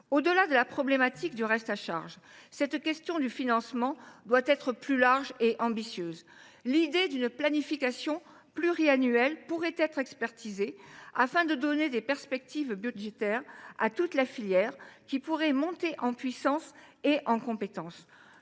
Au delà de la problématique du reste à charge, cette question doit être abordée de manière plus large et ambitieuse. L’idée d’une planification pluriannuelle pourrait ainsi être expertisée afin de donner des perspectives budgétaires à toute la filière, laquelle pourrait alors monter en puissance et en compétences.